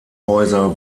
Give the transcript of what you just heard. häuser